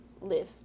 live